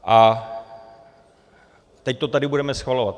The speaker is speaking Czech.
A teď to tady budeme schvalovat.